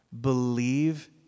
believe